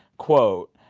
quote,